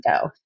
go